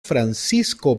francisco